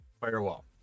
firewall